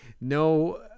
no